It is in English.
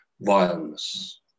violence